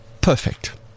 perfect